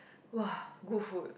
!wah! good food